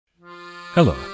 Hello